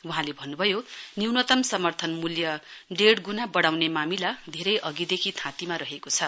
वहाँले भन्नु भयो न्यूनतम् समर्थन मूल्य डेढ गुणा बढाउने मामिला धेरै अघिदेखि थाँतीमा रहेको छ